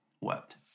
wept